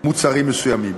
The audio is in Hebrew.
מוצרים מסוימים.